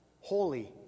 holy